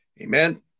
Amen